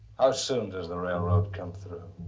how soon does the railroad come through?